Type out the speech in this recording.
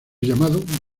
llamado